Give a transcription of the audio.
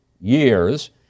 years